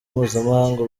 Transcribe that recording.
mpuzamahanga